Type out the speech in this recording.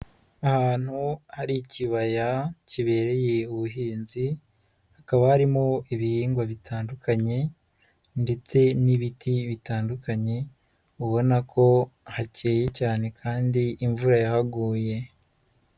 Ahantu ari ikibaya kibereye ubuhinzi, hakaba harimo ibihingwa bitandukanye ndetse n'ibiti bitandukanye, ubona ko hakeye cyane kandi imvura yaguye.